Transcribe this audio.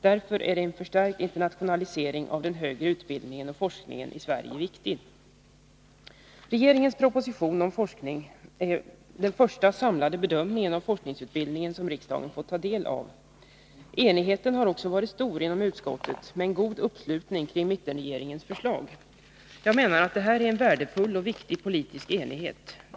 Därför är en förstärkt internationalisering av den högre utbildningen och forskningen i Sverige viktig. Regeringens proposition om forskning m.m. är den första samlade redovisningen av forskningspolitiken som riksdagen fått ta del av. Enigheten har också varit stor inom utskottet, med en god uppslutning kring mittenregeringens förslag. Jag menar att detta är en värdefull och viktig politisk enighet.